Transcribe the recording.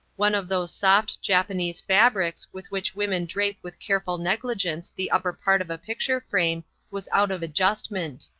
one of those soft japanese fabrics with which women drape with careful negligence the upper part of a picture-frame was out of adjustment.